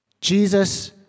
Jesus